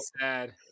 sad